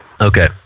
Okay